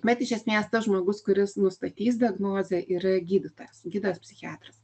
bet iš esmės tas žmogus kuris nustatys diagnozę yra gydytojas gydytojas psichiatras